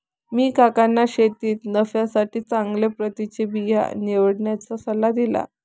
मी काकांना शेतीत नफ्यासाठी चांगल्या प्रतीचे बिया निवडण्याचा सल्ला दिला